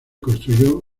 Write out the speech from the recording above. construyó